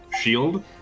shield